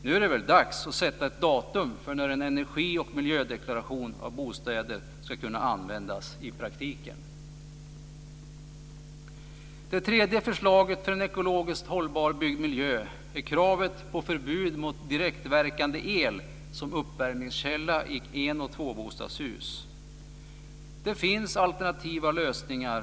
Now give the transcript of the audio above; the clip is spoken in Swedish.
Nu är det väl dags att sätta ett datum för när en energi och miljödeklaration av bostäder ska kunna användas i praktiken! Det tredje förslaget för en ekologiskt hållbar byggd miljö är kravet på förbud mot direktverkande el som uppvärmningskälla i en och tvåbostadshus. Det finns alternativa lösningar.